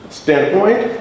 standpoint